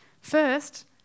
first